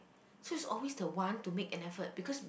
so it's always the want to make an effort because we